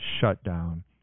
shutdown